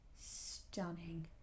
stunning